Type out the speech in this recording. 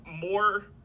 more